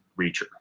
Reacher